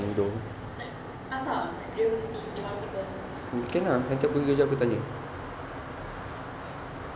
like ask ah like the great old city they want people